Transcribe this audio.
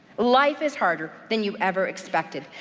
life is harder than you ever expected.